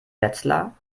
wetzlar